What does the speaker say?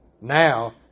now